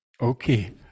Okay